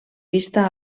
vista